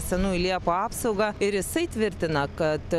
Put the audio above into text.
senųjų liepų apsaugą ir jisai tvirtina kad